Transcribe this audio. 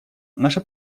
наша